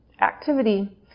activity